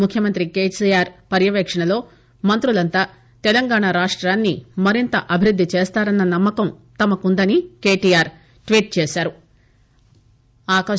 ముఖ్యమంతి కేసీఆర్ పర్యవేక్షణలో మంతులంతా తెలంగాణ రాష్ట్రాన్ని మరింత అభివృద్ది చేస్తారన్న నమ్మకం తమకుందని కేటీఆర్ ట్వీట్ చేశారు